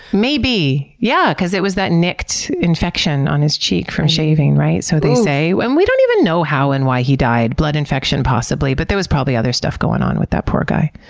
maybe. yeah, because it was that nicked infection on his cheek from shaving. right? so they say. and we don't even know how and why he died. blood infection possibly. but there was probably other stuff going on with that poor guy.